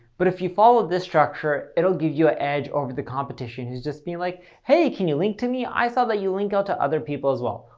but if you follow this structure, it'll give you a edge over the competition who's just being like, hey, can you link to me? i saw that you link out to other people as well.